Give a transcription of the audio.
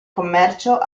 commercio